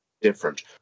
different